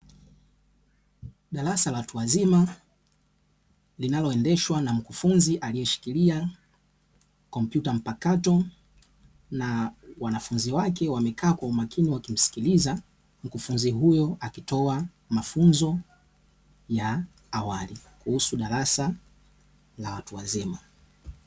Darasa la watu wazima linaloendeshwa na mkufunzi aliyeshikilia. Kompyuta mpakato, na wanafunzi wake wamekaa kwa makini wakimsikiliza mkufunzi huyo akitoa mafunzo ya awali kuhusu darasa la watu wazima.